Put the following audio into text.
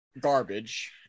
garbage